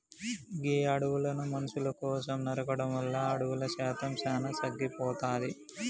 గీ అడవులను మనుసుల కోసం నరకడం వల్ల అడవుల శాతం సానా తగ్గిపోతాది